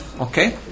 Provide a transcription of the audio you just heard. Okay